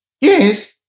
Yes